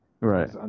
Right